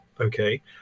Okay